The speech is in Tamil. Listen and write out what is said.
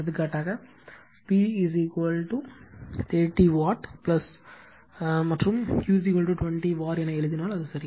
எடுத்துக்காட்டாக P 30 வாட் மற்றும் Q 20 var என எழுதினால் அது சரி